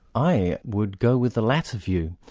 i would go with the latter view.